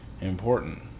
important